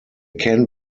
can